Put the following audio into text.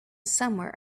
somewhere